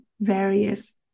various